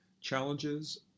challenges